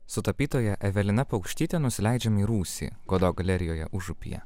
su tapytoja evelina paukštyte nusileidžiam į rūsį godo galerijoje užupyje